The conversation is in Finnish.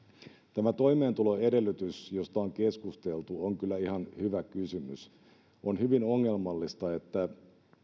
tämä toimeentuloedellytys josta on keskusteltu on kyllä ihan hyvä kysymys on hyvin ongelmallista että